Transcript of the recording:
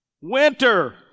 Winter